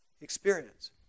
experience